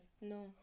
no